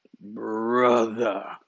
Brother